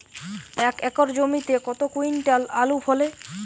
এক একর জমিতে কত কুইন্টাল আলু ফলে?